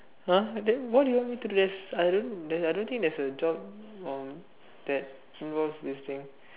!huh! then what do you want me to do there's I don't I don't think there's a job on that involves this thing